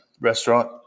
restaurant